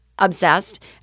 Obsessed